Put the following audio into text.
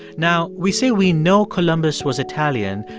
now, we say we know columbus was italian,